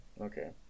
Okay